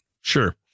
Sure